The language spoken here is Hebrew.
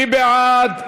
מי בעד?